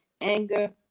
anger